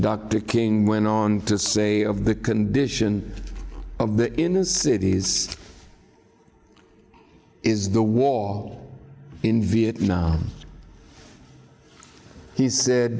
dr king went on to say of the condition of the in cities is the war in vietnam he said